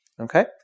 Okay